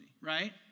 right